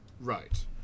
Right